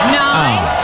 nine